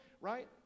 right